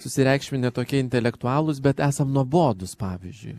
susireikšminę tokie intelektualūs bet esam nuobodūs pavyzdžiui